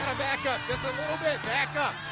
back up just a little bit, back up.